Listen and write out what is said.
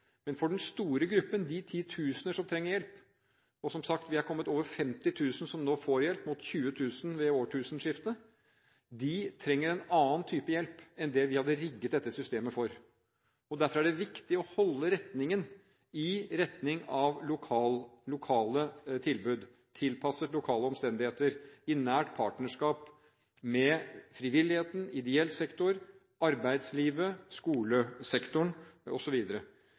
Men den store gruppen, de titusener som trenger hjelp – og som sagt, det er over 50 000 som nå får hjelp, mot 20 000 ved årtusenskiftet – trenger en annen type hjelp enn dem vi hadde rigget dette systemet for. Derfor er det viktig å holde kursen i retning av lokale tilbud, tilpasset lokale omstendigheter og i nært partnerskap med frivilligheten, ideell sektor, arbeidslivet, skolesektoren